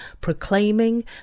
proclaiming